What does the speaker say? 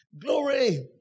glory